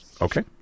okay